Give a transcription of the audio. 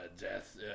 death